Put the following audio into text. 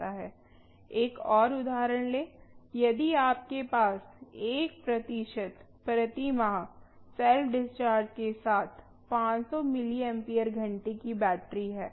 एक और उदाहरण लें यदि आपके पास 1 प्रतिशत प्रति माह सेल्फ डिस्चार्ज के साथ 500 मिलिम्पियर घंटे की बैटरी है